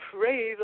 pray